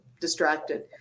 distracted